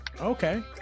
Okay